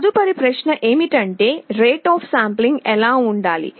తదుపరి ప్రశ్న ఏమిటంటే రేట్ అఫ్ శాంప్లింగ్ ఎలా ఉండాలి